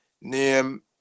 name